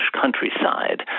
countryside